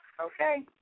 okay